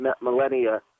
millennia